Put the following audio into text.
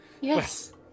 Yes